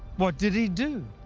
what did he do?